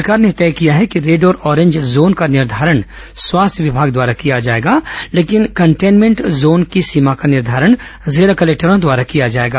राज्य सरकार ने तय किया है कि रेड और ऑरेंज जोन का निर्धारण स्वास्थ्य विमाग द्वारा किया जाएगा लेकिन कंटेनमेंट जोन की सीमा का निर्धारण जिला कलेक्टरों द्वारा किया जाएगा